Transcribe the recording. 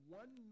one